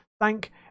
Thank